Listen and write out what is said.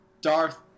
Darth